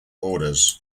orders